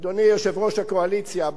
אדוני יושב-ראש הקואליציה,